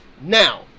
Now